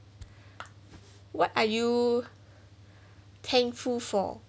what are you thankful for